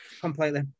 Completely